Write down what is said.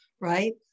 right